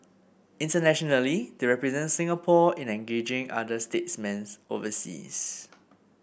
internationally they represent Singapore in engaging other statesmen overseas